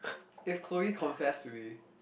if Chloe confess to me